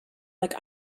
like